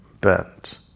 bent